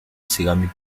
ceramic